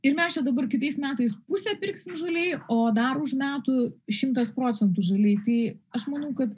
ir mes čia dabar kitais metais pusę pirksime žaliai o dar už metų šimtas procentų žaliai tai aš manau kad